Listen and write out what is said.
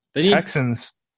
Texans